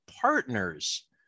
partners